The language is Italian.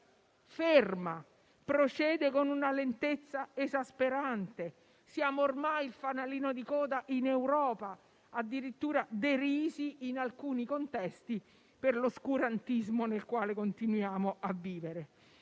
ferma, procede con una lentezza esasperante. Siamo ormai il fanalino di coda in Europa, addirittura derisi in alcuni contesti per l'oscurantismo nel quale continuiamo a vivere.